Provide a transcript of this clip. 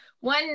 One